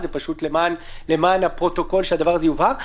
למען הפרוטוקול שהדבר הזה יובהר.